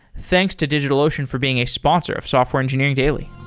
thanks to digitalocean for being a sponsor of software engineering daily.